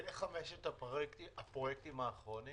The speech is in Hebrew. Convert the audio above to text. גברתי, אלה חמשת הפרויקטים האחרונים?